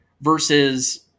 versus